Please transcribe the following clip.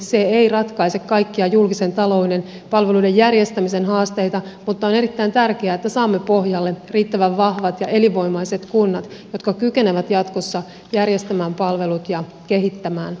se ei ratkaise kaikkia julkisen talouden palveluiden järjestämisen haasteita mutta on erittäin tärkeää että saamme pohjalle riittävän vahvat ja elinvoimaiset kunnat jotka kykenevät jatkossa järjestämään palvelut ja kehittämään